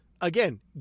Again